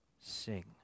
Sing